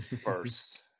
first